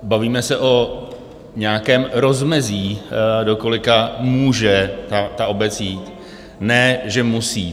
Bavíme se o nějakém rozmezí, do kolika může ta obec jít, ne že musí.